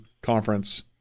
conference